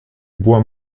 bois